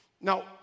Now